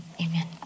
Amen